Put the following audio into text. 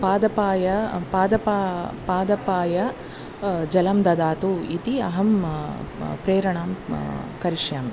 पादपाय पादपाय पादपाय जलं ददातु इति अह्ं प् प्रेरणां करिष्यामि